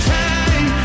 time